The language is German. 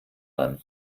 ran